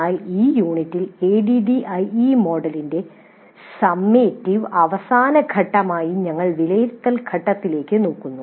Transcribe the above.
എന്നാൽ ഈ യൂണിറ്റിൽ ADDIE മോഡലിന്റെ സമ്മേറ്റിവ് അവസാന ഘട്ടമായി ഞങ്ങൾ വിലയിരുത്തൽ ഘട്ടത്തിലേക്ക് നോക്കുന്നു